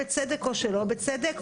בצדק או שלא בצדק,